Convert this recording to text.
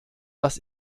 dass